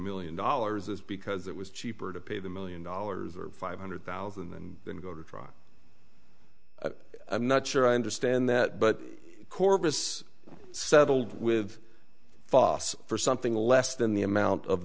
dollars is because it was cheaper to pay the million dollars or five hundred thousand and then go to trial i'm not sure i understand that but corpus settled with us for something less than the amount of